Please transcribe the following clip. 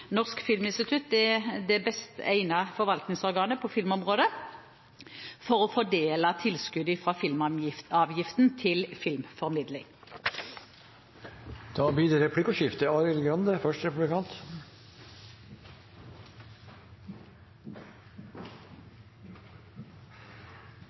Norsk filminstitutt er det best egnede forvaltningsorganet på filmområdet for å fordele tilskudd fra filmavgiften til filmformidling. Det blir replikkordskifte. Jeg vil i likhet med statsråden understreke at det